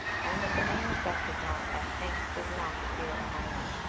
and that the name of dr. john f. hanks does not appear among them.